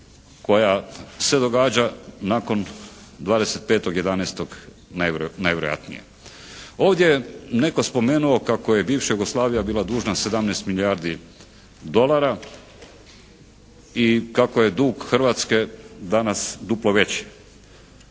koja se događa nakon 25.11. najvjerojatnije. Ovdje je netko spomenuo kako je bivša Jugoslavija bila dužna 17 milijardi dolara i kako je dug Hrvatske danas duplo veći.